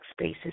spaces